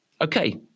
Okay